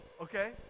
Okay